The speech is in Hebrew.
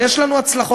ויש לנו הצלחות.